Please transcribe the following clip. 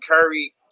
Curry